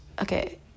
Okay